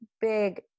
big